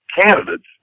candidates